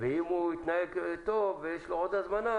ואם הוא יתנהג טוב ויש לו עוד הזמנה,